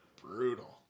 brutal